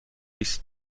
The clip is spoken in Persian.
است